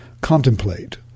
Contemplate